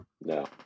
no